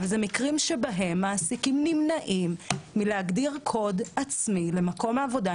אבל זה מקרים שבהם מעסיקים נמנעים מלהגדיר קוד עצמי למקום העבודה.